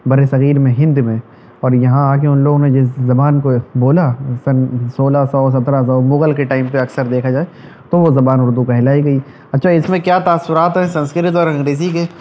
بر صغیر میں ہند میں اور یہاں آ کے ان لوگوں نے جس زبان کو بولا سن سولہ سو سترہ سو مغل کے ٹائم پہ اکثر دیکھا جائے تو وہ زبان اردو کہلائی گئى اچھا اس ميں كيا تأثرات ہیں سنسكرت اور انگريزى كے